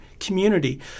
Community